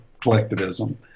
collectivism